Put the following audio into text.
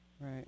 Right